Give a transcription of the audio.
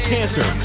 Cancer